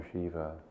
Shiva